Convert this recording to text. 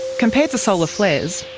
compared to solar flares,